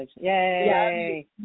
Yay